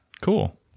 Cool